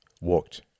walked